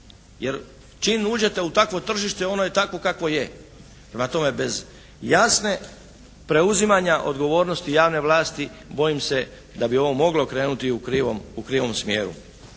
jer čim uđete u takvo tržište ono je takvo kakvo je. Prema tome, bez jasne preuzimanja odgovornosti javne vlasti bojim se da bi ovo moglo krenuti u krivom smjeru.